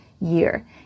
year